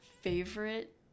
favorite